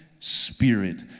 Spirit